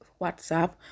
whatsapp